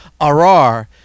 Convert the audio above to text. arar